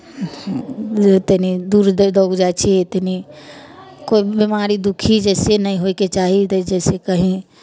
जे तनि दूर दौड़ि जाइ छी तनि कोइ बिमारी दुःखी जइसे नहि होयके चाही जइसे कहीँ